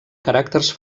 caràcters